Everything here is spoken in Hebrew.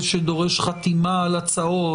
זה שדורש חתימה על הצעות,